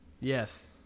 Yes